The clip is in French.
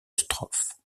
strophe